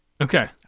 Okay